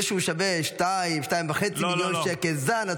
זה שהוא שווה 2, 2.5 מיליון שקל, זה הנתון.